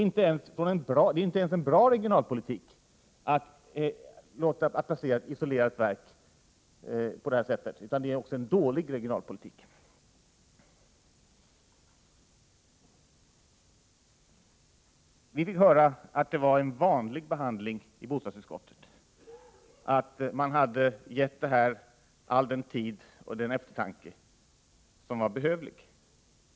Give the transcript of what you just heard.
Men det är inte ens en bra regionalpolitik att isolera ett verk på detta sätt, det är en dålig regionalpolitik. Vi har fått höra att det förekommit en vanlig behandling i bostadsutskottet, dvs. att man givit ärendet all den tid och den eftertanke som var behövlig.